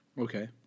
Okay